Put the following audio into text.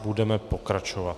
Budeme pokračovat.